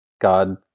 God